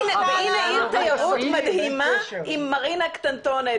והנה עיר תיירות מדהימה עם מרינה קטנטונת.